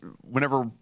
whenever